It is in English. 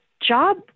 job